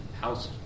house